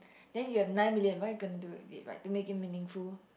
then you have nine million what gonna do with it like to make it meaningful